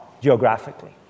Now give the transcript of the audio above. geographically